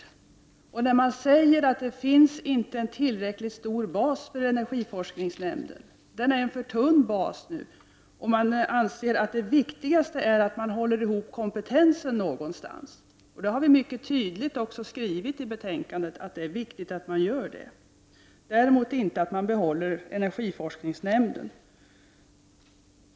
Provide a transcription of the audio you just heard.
Dessa personer säger nu att det inte finns en tillräckligt stark bas för energiforskningsnämnden, att den är för tunn. Man anser att det viktigaste är att man någonstans håller ihop kompetensen, och vi har också mycket tydligt skrivit i betänkandet att detta är viktigt. Däremot är det inte viktigt att behålla energiforskningsnämnden.